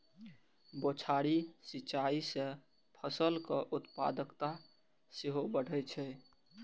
बौछारी सिंचाइ सं फसलक उत्पादकता सेहो बढ़ै छै